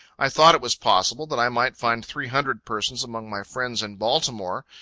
i thought it was possible, that i might find three hundred persons among my friends in baltimore,